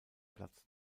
platz